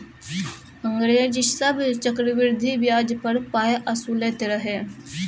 अंग्रेज सभ चक्रवृद्धि ब्याज पर पाय असुलैत रहय